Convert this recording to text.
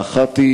האחת,